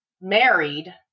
married